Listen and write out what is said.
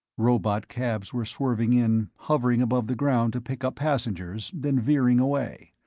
robotcabs were swerving in, hovering above the ground to pick up passengers, then veering away.